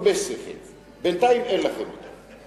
בינתיים אין לכם אותו.